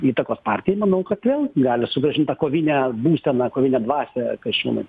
įtakos partijoj manau kad vėl gali sugrąžint tą kovinę būseną kovinę dvasią kasčiūnas